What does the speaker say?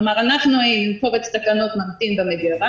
כלומר, אנחנו היינו עם קובץ תקנות ממתין במגירה,